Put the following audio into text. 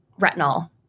retinol